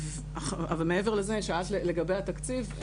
שאלת לגבי התקציב.